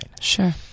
Sure